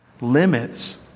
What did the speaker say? limits